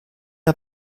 der